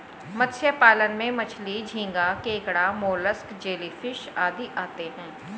मत्स्य पालन में मछली, झींगा, केकड़ा, मोलस्क, जेलीफिश आदि आते हैं